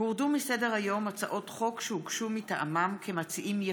מאת חבר הכנסת שלמה